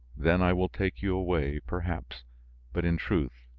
then i will take you away, perhaps but in truth,